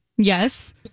Yes